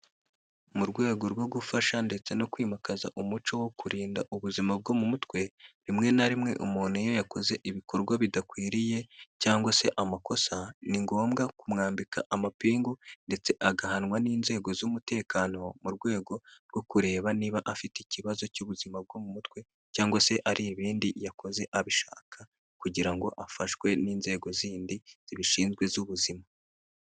Mu rwego rwo gufasha ndetse no kwimakaza umuco wo kurinda ubuzima bwo mu mutwe, rimwe na rimwe umuntu iyo yakoze ibikorwa bidakwiriye cyangwa se amakosa ni ngombwa kumwambika amapingu ndetse agahanwa n'inzego z'umutekano mu rwego rwo kureba niba afite ikibazo cy'ubuzima bwo mu mutwe cyangwa se ari ibindi yakoze abishaka, kugira ngo afashwe n'inzego zindi zibishinzwe z'ubuzima.